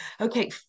okay